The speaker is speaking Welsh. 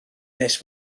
nes